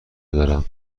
دارم